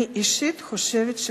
אני אישית חושבת שכן.